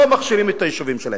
לא מכשירים את היישובים שלהם.